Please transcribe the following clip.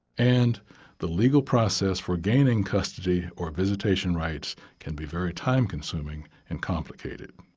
and the legal process for gaining custody or visitation rights can be very time-consuming and complicated.